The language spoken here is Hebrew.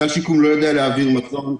סל שיקום לא יודע להעביר מזון,